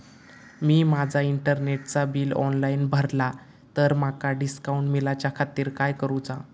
मी माजा इंटरनेटचा bill online भरला तर माका डिस्काउंट मिलाच्या खातीर काय करुचा?